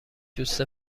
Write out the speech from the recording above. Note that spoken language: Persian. دوست